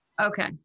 Okay